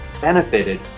benefited